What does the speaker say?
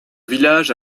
village